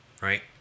right